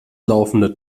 laufende